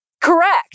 correct